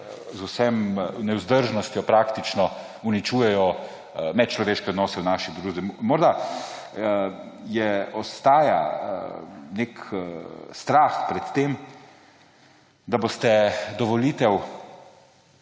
z vso nevzdržnostjo praktično uničujejo medčloveške odnose v naši družbi. Morda ostaja nek strah pred tem, da boste do volitev